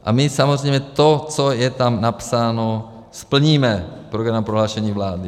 A my samozřejmě to, co je tam napsáno, splníme v programovém prohlášení vlády.